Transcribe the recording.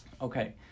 okay